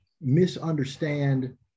misunderstand